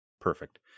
perfect